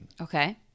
Okay